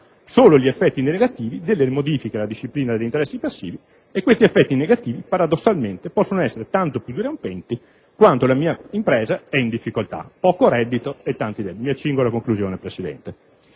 solo gli effetti negativi delle modifiche alla disciplina degli interessi passivi, e questi effetti negativi paradossalmente possono essere tanto più dirompenti quanto più la mia impresa è in difficoltà: poco reddito e tanti debiti. Dopo questa